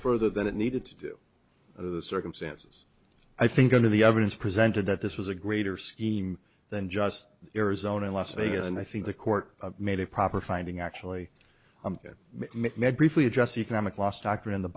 further than it needed to do the circumstances i think of the evidence presented that this was a greater scheme than just arizona las vegas and i think the court made a proper finding actually met briefly address economic last doctor in the